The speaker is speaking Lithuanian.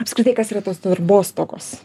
apskritai kas yra tos darbostogos